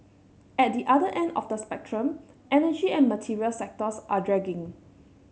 at the other end of the spectrum energy and material sectors are dragging